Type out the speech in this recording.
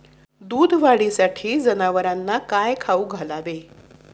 दूध वाढीसाठी जनावरांना काय खाऊ घालावे?